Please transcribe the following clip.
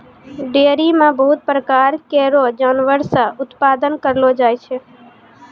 dairy म बहुत प्रकार केरो जानवर से उत्पादन करलो जाय छै